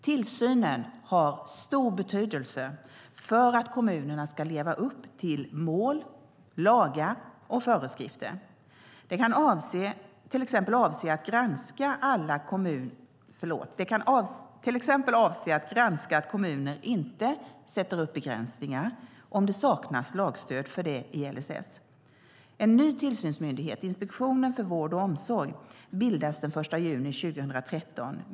Tillsynen har stor betydelse för att kommunerna ska leva upp till mål, lagar och föreskrifter. Det kan till exempel avse att granska att kommuner inte sätter upp begränsningar om det saknas lagstöd för detta i LSS. En ny tillsynsmyndighet, Inspektionen för vård och omsorg, bildas den 1 juni 2013.